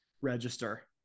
register